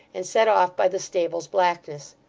and set off by the stable's blackness.